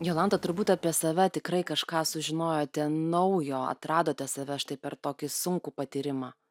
jolanta turbūt apie save tikrai kažką sužinojote naujo atradote save štai per tokį sunkų patyrimą